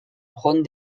prône